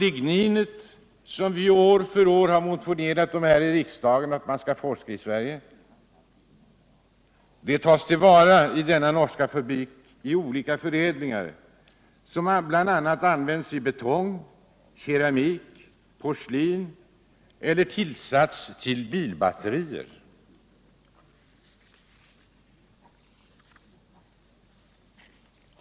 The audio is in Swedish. Ligninet, som viår efter år i riksdagen har motionerat om att man bör forska i här i Sverige, tas i denna norska fabrik till vara i olika förädlingar, som bl.a. används i betong, keramik, porslin eller som tillsats till bilbatterier.